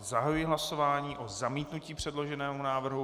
Zahajuji hlasování o zamítnutí předloženého návrhu.